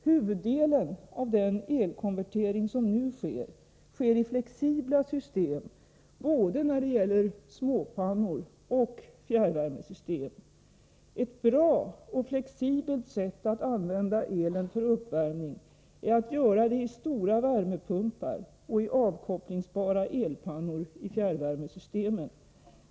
Huvuddelen av den elkonvertering som nu äger rum sker i flexibla system, både när det gäller småpannor och när det gäller fjärrvärmesystem. Ett bra och flexibelt sätt att använda elen för uppvärmning är att göra det i stora värmepumpar och i avkopplingsbara elpannor i fjärrvärmesystemen.